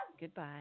goodbye